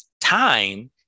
time